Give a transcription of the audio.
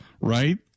Right